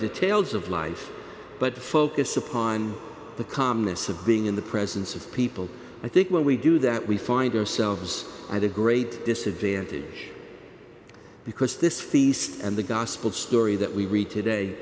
details of life but to focus upon the calmness of being in the presence of people i think when we do that we find ourselves at a great disadvantage because this feast and the gospel story that we read today